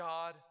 God